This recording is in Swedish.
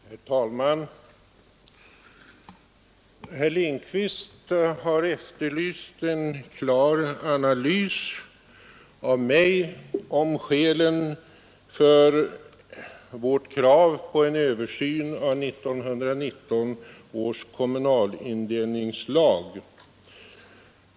Herr talman! Herr Lindkvist har efterlyst en klar analys av mig av skälen för vårt krav på en översyn av 1919 års lag om kommunal indelning.